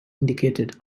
indicated